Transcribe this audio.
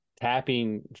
tapping